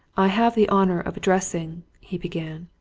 i have the honour of addressing he began.